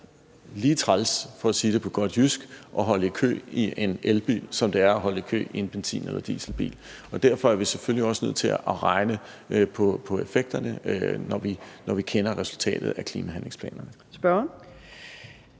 lige så træls – for at sige det på godt jysk – at holde i kø i en elbil, som det er at holde i kø i en benzin- eller en dieselbil. Derfor er vi selvfølgelig også nødt til at regne på effekterne, når vi kender resultatet af klimahandlingsplanerne. Kl.